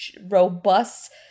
robust